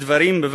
ספר דברים,